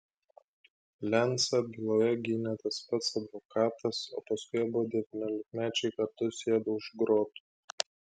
lencą byloje gynė tas pats advokatas o paskui abu devyniolikmečiai kartu sėdo už grotų